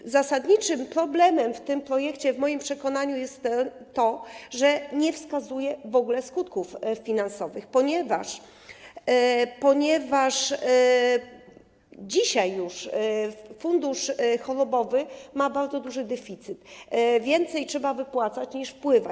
I zasadniczym problemem w tym projekcie, w moim przekonaniu, jest to, że nie wskazuje on w ogóle skutków finansowych, ponieważ dzisiaj już fundusz chorobowy ma bardzo duży deficyt, więcej trzeba wypłacać niż wpływa.